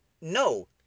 No